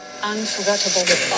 Unforgettable